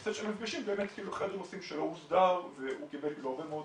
הנושא של מפגשים הוא באמת אחד הנושאים שלא הוסדר והוא קיבל הרבה מאוד